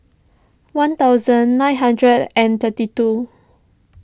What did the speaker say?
one thousand nine hundred and thirty two